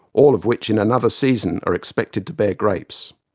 all of which in another season are expected to bear grapes'.